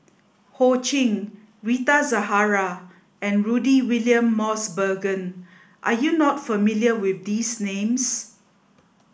Ho Ching Rita Zahara and Rudy William Mosbergen are you not familiar with these names